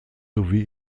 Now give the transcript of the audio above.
sowie